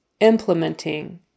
Implementing